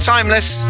Timeless